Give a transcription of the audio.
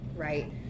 Right